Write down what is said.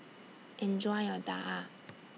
Enjoy your Daal